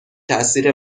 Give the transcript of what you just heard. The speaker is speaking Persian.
تاثیر